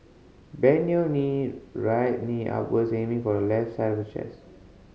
bend your knee right knee upwards aiming for the left side of your chest